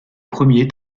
premier